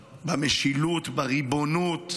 במשילות, בריבונות,